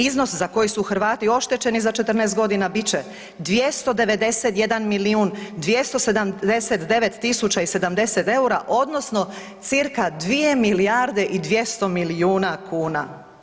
Iznos za koji su Hrvati oštećeni za 14.g. bit će 291 milijun, 279 tisuća i 70 EUR-a odnosno cca 2 milijarde i 200 milijuna kuna.